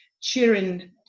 cheering